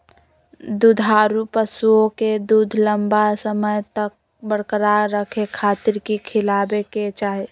दुधारू पशुओं के दूध लंबा समय तक बरकरार रखे खातिर की खिलावे के चाही?